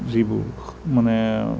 যিবোৰ মানে